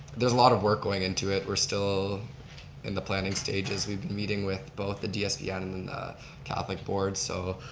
there's a lot of work going into it. we're still in the planning stages. we've been meeting with both the dsp and and and catholic boards. so